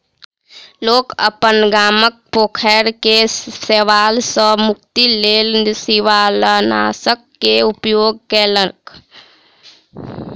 लोक अपन गामक पोखैर के शैवाल सॅ मुक्तिक लेल शिवालनाशक के उपयोग केलक